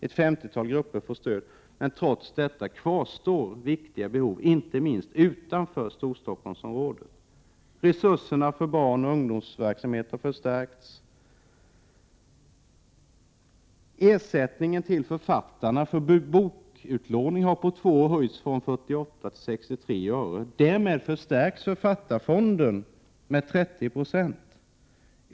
Ett 50-tal grupper får stöd. Trots detta kvarstår viktiga behov, inte minst utanför Storstockholmsområdet. Resurserna för barnoch ungdomsverksamhet har förstärkts. Ersättningen till författarna för bokutlåning har på två år höjts från 48 till 63 öre. Därmed förstärks författarfonden med 30 Ice.